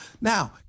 Now